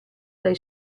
dai